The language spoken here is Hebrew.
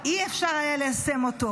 לא היה אפשר ליישם אותו,